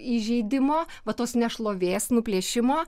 įžeidimo va tos nešlovės nuplėšimo